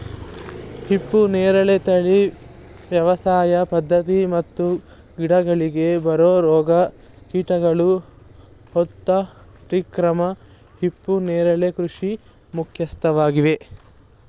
ಹಿಪ್ಪುನೇರಳೆ ತಳಿ ವ್ಯವಸಾಯ ಪದ್ಧತಿ ಮತ್ತು ಗಿಡಗಳಿಗೆ ಬರೊ ರೋಗ ಕೀಟಗಳ ಹತೋಟಿಕ್ರಮ ಹಿಪ್ಪುನರಳೆ ಕೃಷಿಗೆ ಮುಖ್ಯವಾಗಯ್ತೆ